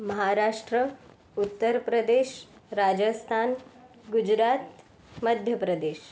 Maharashtra Uttar Pradesh Rajasthan Gujarat Madhya Pradesh